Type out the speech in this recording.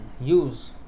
use